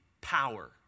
power